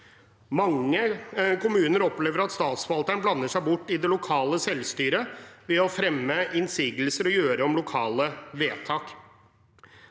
Mange kommuner opplever at statsforvalteren blander seg bort i det lokale selvstyret ved å fremme innsigelser og gjøre om lokale vedtak.